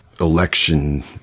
election